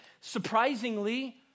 Surprisingly